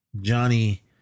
Johnny